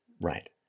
Right